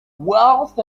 wealth